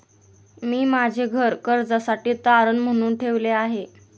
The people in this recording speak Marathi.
मी माझे घर कर्जासाठी तारण म्हणून ठेवले आहे